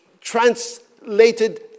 translated